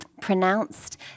pronounced